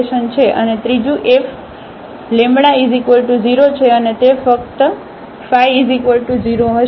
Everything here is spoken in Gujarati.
અને ત્રીજું F0 છે અને તે ફક્ત ϕ 0 હશે